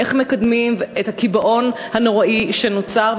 איך מקדמים את הטיפול בקיבעון הנוראי שנוצר,